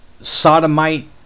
Sodomite